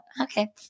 okay